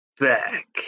back